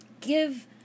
give